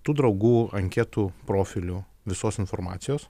tų draugų anketų profilių visos informacijos